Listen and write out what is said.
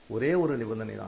ஒரே ஒரு நிபந்தனைதான்